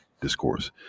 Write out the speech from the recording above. discourse